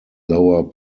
lower